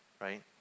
right